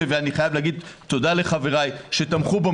ואני חייב להגיד תודה לחבריי שתמכו בו,